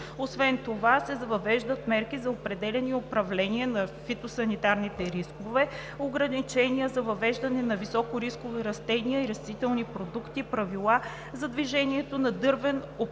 Освен това се въвеждат мерки за определяне и управление на фитосанитарните рискове; ограничения за въвеждане на високорискови растения и растителни продукти; правила за движението на дървен опаковъчен